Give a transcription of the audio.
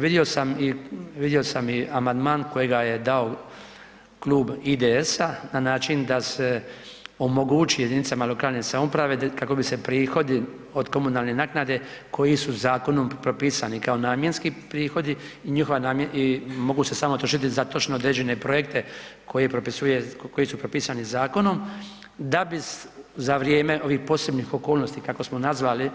Vidio sam i vidio sam i amandman kojega je dao Klub IDS-a na način da se omogući jedinicama lokalne samouprave kako bi se prihodi od komunalne naknade koji su zakonom propisani kao namjenski prihodi i njihova, i mogu se samo trošiti za točno određene projekte koje propisuje, koji su propisani zakonom, da bi za vrijeme ovih posebnih okolnosti kako smo nazvali